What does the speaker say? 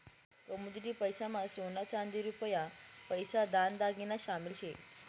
commodity पैसा मा सोना चांदी रुपया पैसा दाग दागिना शामिल शेत